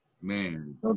Man